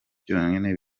byonyine